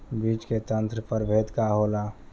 बीज के उन्नत प्रभेद का होला?